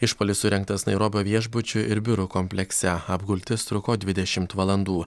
išpuolis surengtas nairobio viešbučių ir biurų komplekse apgultis truko dvidešimt valandų